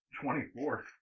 twenty-four